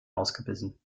ausgebissen